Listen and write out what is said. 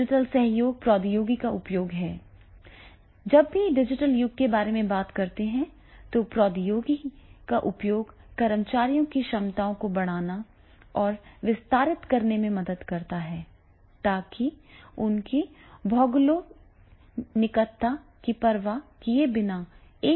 digital सहयोग प्रौद्योगिकी का उपयोग है जब आप डिजिटल युग के बारे में बात कर रहे हैं तो प्रौद्योगिकी का उपयोग कर्मचारियों की क्षमताओं को बढ़ाने और विस्तारित करने में मदद करता है ताकि उनकी भौगोलिक निकटता की परवाह किए बिना एक साथ काम कर सकें